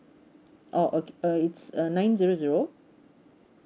oh okay uh it's uh nine zero zero